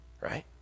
right